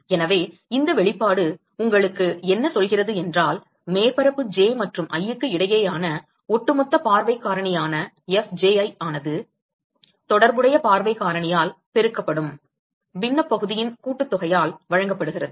எனவே இந்த வெளிப்பாடு உங்களுக்கு என்ன சொல்கிறது என்றால் மேற்பரப்பு j மற்றும் i க்கு இடையேயான ஒட்டுமொத்த பார்வைக் காரணியான Fji ஆனது தொடர்புடைய பார்வைக் காரணியால் பெருக்கப்படும் பின்னப் பகுதியின் கூட்டுத்தொகையால் வழங்கப்படுகிறது